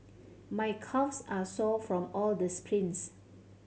my calves are sore from all the sprints